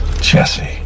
Jesse